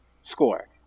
score